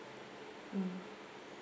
mm